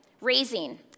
raising